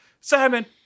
Simon